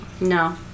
No